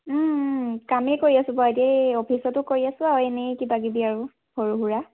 কামেই কৰি আছোঁ বাৰু এতিয়া অফিচতো কৰি আছোঁ আৰু এনেই কিবা কিবি আৰু সৰু সুৰা